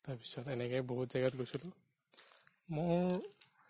তাৰপিছত এনেকে বহুত জেগাত গৈছিলোঁ মোৰ